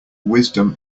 wisdom